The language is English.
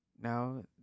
Now